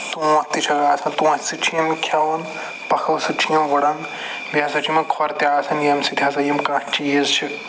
تونٛت تہِ چھَکھ آسان تونٛتہِ سۭتۍ چھِ یِم کھٮ۪وان پَکھو سۭتۍ چھِ یِم وٕڑان بیٚیہِ ہسا چھِ یِمَن کھۄر تہِ آسان ییٚمہِ سۭتۍ ہسا یِم کانٛہہ چیٖز چھِ